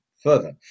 further